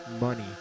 money